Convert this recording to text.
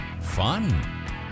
fun